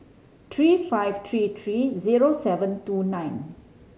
three five three three zero seven two nine